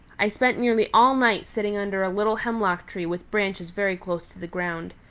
i spent nearly all night sitting under a little hemlock tree with branches very close to the ground.